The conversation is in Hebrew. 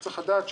צריך לדעת,